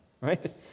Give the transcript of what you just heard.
right